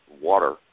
water